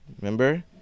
Remember